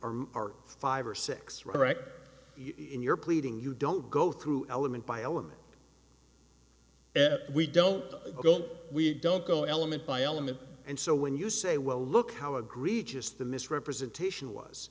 or are five or six right in your pleading you don't go through element by element we don't don't we don't go element by element and so when you say well look how egregious the misrepresentation was